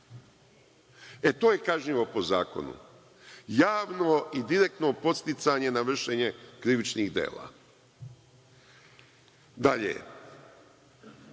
to je kažnjivo po zakonu. Javno i direktno podsticanje na vršenje krivičnih dela. Dalje,